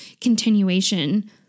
continuation